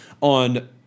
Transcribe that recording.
on